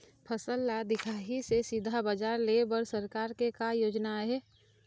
फसल ला दिखाही से सीधा बजार लेय बर सरकार के का योजना आहे?